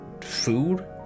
food